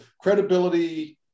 credibility